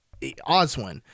Oswin